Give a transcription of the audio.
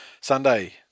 Sunday